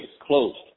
closed